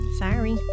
sorry